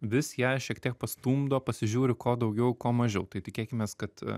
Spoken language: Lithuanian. vis ją šiek tiek pastumdo pasižiūri ko daugiau ko mažiau tai tikėkimės kad